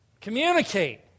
Communicate